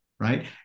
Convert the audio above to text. Right